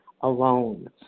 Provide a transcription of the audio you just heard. alone